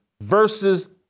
versus